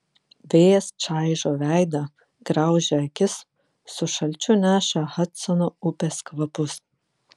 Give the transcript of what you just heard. vėjas čaižo veidą graužia akis su šalčiu neša hadsono upės kvapus